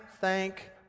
thank